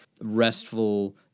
restful